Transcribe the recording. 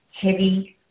heavy